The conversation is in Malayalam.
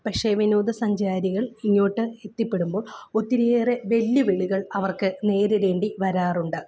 പക്ഷേ വിനോദ സഞ്ചാരികൾ ഇങ്ങോട്ട് എത്തിപ്പെടുമ്പോൾ ഒത്തിരിയേറെ വെല്ലുവിളികൾ അവർക്ക് നേരിടേണ്ടി വരാറുണ്ട്